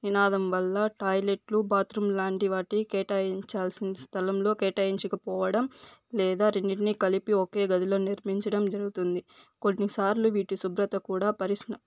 నినాదం వల్ల టాయిలెట్లు బాత్రూమ్ లాంటి వాటి కేటాయించాల్సిన స్థలంలో కేటాయించకపోవడం లేదా రెండిటిని కలిపి ఒకే గదిలో నిర్మించడం జరుగుతుంది కొన్ని సార్లు వీటి శుభ్రత కూడా పరిసన